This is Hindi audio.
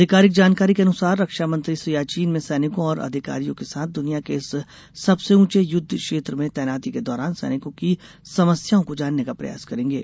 अधिकारिक जानकारी के अनुसार रक्षा मंत्री सियाचिन में सैनिकों और अधिकारियों के साथ दुनिया के इस सबसे ऊंचे युद्ध क्षेत्र में तैनाती के दौरान सैनिकों की समस्याओं को जानने का प्रयास करेंगे